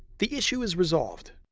the issue is resolved.